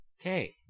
Okay